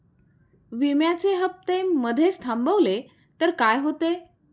विम्याचे हफ्ते मधेच थांबवले तर काय होते?